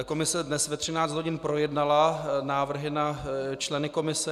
Komise dnes ve 13 hodin projednala návrhy na členy komise.